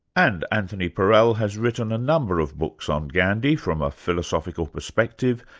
and anthony parel has written a number of books on gandhi, from a philosophical perspective,